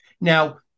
Now